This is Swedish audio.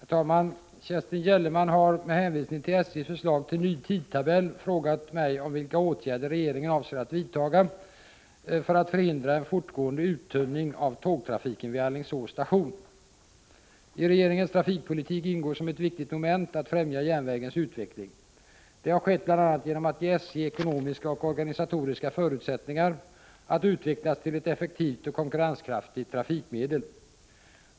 Herr talman! Kerstin Gellerman har, med hänvisning till SJ:s förslag till ny tidtabell, frågat mig om vilka åtgärder regeringen avser att vidta för att förhindra en fortgående uttunning av tågtrafiken vid Alingsås station. I regeringens trafikpolitik ingår som ett viktigt moment att främja järnvägens utveckling. Det har skett bl.a. genom att ge SJ ekonomiska och organisatoriska förutsättningar att utvecklas till ett effektivt och konkurrenskraftigt trafikmedel.